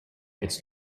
its